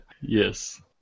Yes